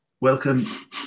welcome